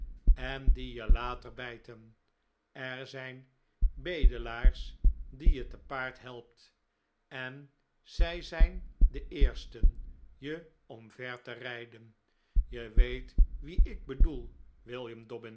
en die je later bijten er zijn bedelaars die je te paard helpt en zij zijn de eersten je omver te rijden je weet wien ik bedoel william dobbin